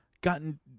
gotten